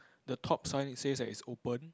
the top sign says that it's open